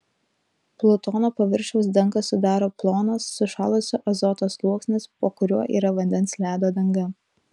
plutono paviršiaus dangą sudaro plonas sušalusio azoto sluoksnis po kuriuo yra vandens ledo danga